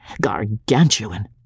gargantuan